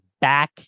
back